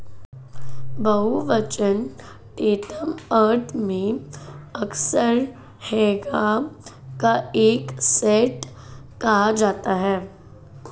बहुवचन टैंटम अर्थ में अक्सर हैगा का एक सेट कहा जाता है